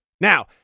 Now